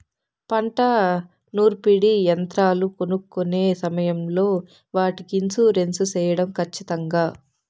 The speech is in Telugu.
పంట నూర్పిడి యంత్రాలు కొనుక్కొనే సమయం లో వాటికి ఇన్సూరెన్సు సేయడం ఖచ్చితంగా?